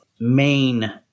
main